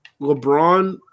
LeBron